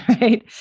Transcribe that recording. right